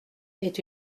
est